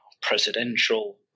presidential